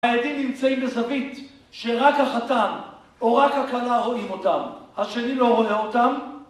העדים נמצאים בזווית, שרק החתן או רק הכלה רואים אותם. השני לא רואה אותם.